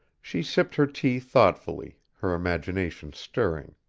she sipped her tea thoughtfully, her imagination stirring.